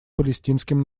палестинским